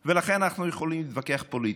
לכן, אנחנו יכולים להתווכח פוליטית,